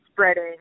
spreading